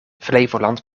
flevoland